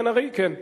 כן.